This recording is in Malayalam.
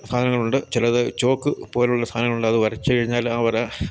സാധനങ്ങളുണ്ട് ചിലത് ചോക്ക് പോലുള്ള സാധനങ്ങളുണ്ട് അത് വരച്ചു കഴിഞ്ഞാൽ ആ വര